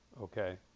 okay